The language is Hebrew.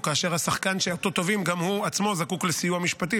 או כאשר השחקן שאותו תובעים גם הוא עצמו זקוק לסיוע משפטי,